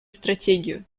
стратегию